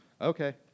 Okay